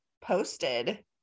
posted